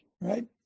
right